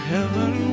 Heaven